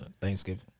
Thanksgiving